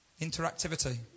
Interactivity